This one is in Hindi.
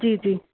जी जी